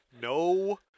No